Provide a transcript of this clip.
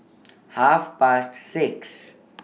Half Past six